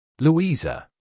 Louisa